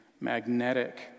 magnetic